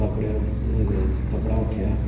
कपिड़े कपिड़ा थिया